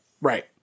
Right